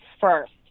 first